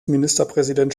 ministerpräsident